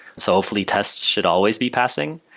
so hopefully tests should always be passing.